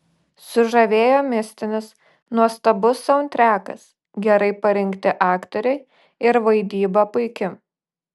sužavėjo mistinis nuostabus saundtrekas gerai parinkti aktoriai ir vaidyba puiki